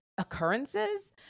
Occurrences